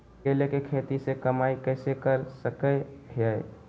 केले के खेती से कमाई कैसे कर सकय हयय?